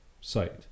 site